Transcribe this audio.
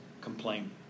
complain